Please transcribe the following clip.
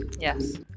Yes